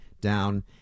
down